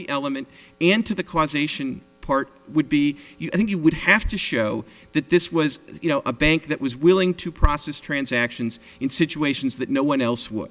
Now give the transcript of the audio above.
the element and to the causation part would be i think you would have to show that this was a bank that was willing to process transactions in situations that no one else what